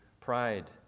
pride